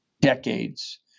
decades